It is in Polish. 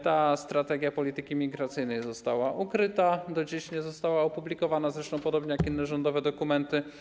Ta strategia polityki migracyjnej została ukryta, do dziś nie została opublikowana, zresztą podobnie jak inne rządowe dokumenty.